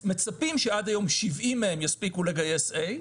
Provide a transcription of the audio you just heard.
70 מהם יספיקו לגייס A ,